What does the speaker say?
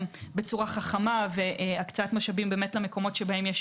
בצורה חכמה והקצאת משאבים למקומות שבהם יש